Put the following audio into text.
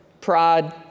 pride